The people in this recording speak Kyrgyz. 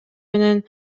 менен